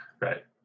Right